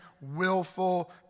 willful